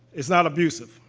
it's not abusive.